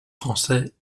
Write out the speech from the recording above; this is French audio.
français